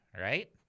right